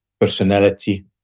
personality